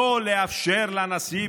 לא לאפשר לנשיא,